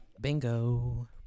Bingo